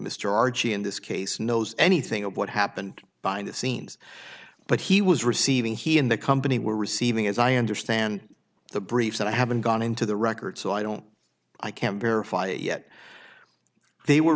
mr archie in this case knows anything of what happened behind the scenes but he was receiving he in the company were receiving as i understand the brief that i haven't gone into the record so i don't i can't verify it yet they were